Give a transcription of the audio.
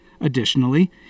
Additionally